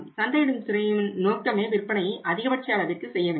சந்தையிடும் துறையின் நோக்கமே விற்பனையை அதிகபட்ச அளவிற்கு செய்ய வேண்டும்